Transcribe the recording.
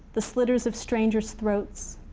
the slitters of stranger's throats,